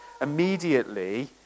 Immediately